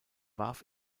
warf